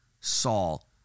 Saul